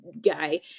guy